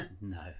No